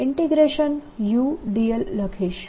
dAdtR ILu dl લખીશ